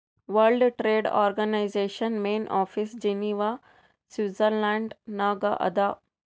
world trade organisation main office Geneva Switzerland ನಾಗ್ ಅದಾ